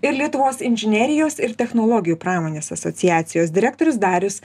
ir lietuvos inžinerijos ir technologijų pramonės asociacijos direktorius darius